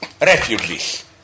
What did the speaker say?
Refugees